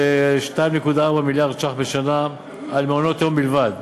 ב-2.4 מיליארד ש"ח בשנה על מעונות-יום בלבד,